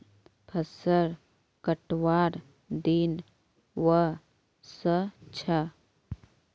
फसल कटवार दिन व स छ